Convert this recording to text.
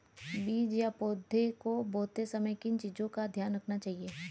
बीज या पौधे को बोते समय किन चीज़ों का ध्यान रखना चाहिए?